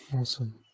awesome